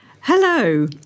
Hello